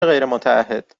غیرمتعهد